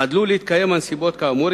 חדלו להתקיים הנסיבות כאמור,